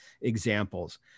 examples